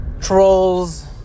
Trolls